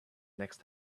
next